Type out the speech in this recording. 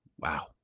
wow